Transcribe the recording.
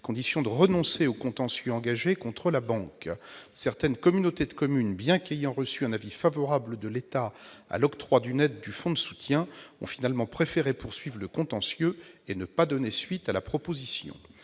condition de renoncer au contentieux engagé contre la banque. Certaines communautés de communes, bien qu'ayant reçu un avis favorable de l'État à l'octroi d'une aide du fonds de soutien, ont finalement préféré poursuivre le contentieux et ne pas donner suite à la proposition.